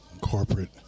Corporate